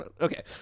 Okay